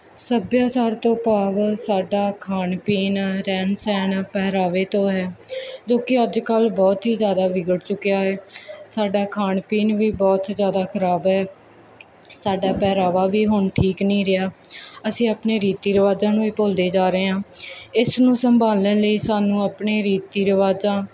ਸੱਭਿਆਚਾਰ ਤੋਂ ਭਾਵ ਸਾਡਾ ਖਾਣ ਪੀਣ ਰਹਿਣ ਸਹਿਣ ਪਹਿਰਾਵੇ ਤੋਂ ਹੈ ਜੋ ਕੀ ਅੱਜ ਕੱਲ ਬਹੁਤ ਹੀ ਜਿਆਦਾ ਵਿਗੜ ਚੁੱਕਿਆ ਹੈ ਸਾਡਾ ਖਾਣ ਪੀਣ ਵੀ ਬਹੁਤ ਜਿਆਦਾ ਖਰਾਬ ਹੈ ਸਾਡਾ ਪਹਿਰਾਵਾ ਵੀ ਹੁਣ ਠੀਕ ਨਹੀਂ ਰਿਹਾ ਅਸੀਂ ਆਪਣੇ ਰੀਤੀ ਰਿਵਾਜਾਂ ਨੂੰ ਵੀ ਭੁੱਲਦੇ ਜਾ ਰਹੇ ਹਾਂ ਇਸ ਨੂੰ ਸੰਭਾਲਣ ਲਈ ਸਾਨੂੰ ਆਪਣੇ ਰੀਤੀ ਰਿਵਾਜਾਂ